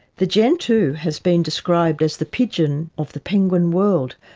the gentoo has been described as the pigeon of the penguin world.